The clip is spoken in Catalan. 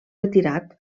retirat